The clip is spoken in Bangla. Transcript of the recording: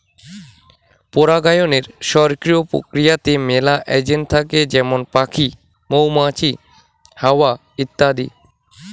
পরাগায়নের সক্রিয় প্রক্রিয়াতে মেলা এজেন্ট থাকে যেমন পাখি, মৌমাছি, হাওয়া ইত্যাদি